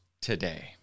today